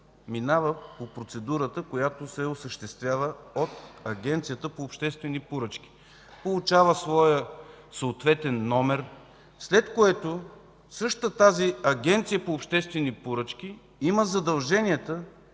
минава по процедурата, която се осъществява от Агенцията по обществени поръчки – получава своя съответен номер, след което същата тази Агенция по обществени поръчки има задължението